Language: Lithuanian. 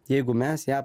jeigu mes ją